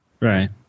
Right